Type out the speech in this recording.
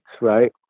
right